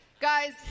guys